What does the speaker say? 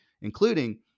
including